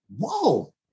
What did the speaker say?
whoa